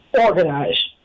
organize